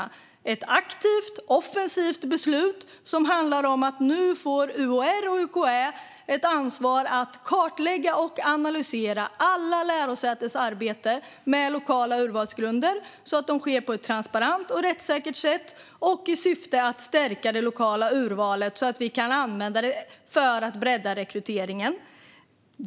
Det är ett aktivt och offensivt beslut som handlar om att UHR och UKÄ nu får ett ansvar för att kartlägga och analysera alla lärosätens arbete med lokala urvalsgrunder så att dessa utformas på ett transparent och rättssäkert sätt, i syfte att stärka det lokala urvalet så att vi kan använda det för att bredda rekryteringen.